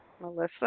Melissa